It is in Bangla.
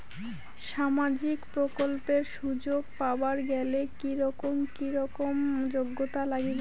সামাজিক প্রকল্পের সুযোগ পাবার গেলে কি রকম কি রকম যোগ্যতা লাগিবে?